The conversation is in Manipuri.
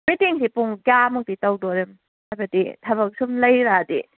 ꯃꯤꯇꯤꯡꯁꯤ ꯄꯨꯡ ꯀꯌꯥ ꯃꯨꯛꯇꯤ ꯇꯧꯗꯣꯔꯤꯝꯅꯣ ꯍꯥꯏꯕꯗꯤ ꯊꯕꯛ ꯁꯨꯝ ꯂꯩꯔꯛꯑꯗꯤ